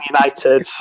United